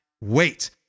wait